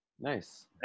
Nice